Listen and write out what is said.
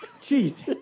Jesus